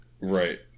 Right